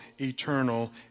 eternal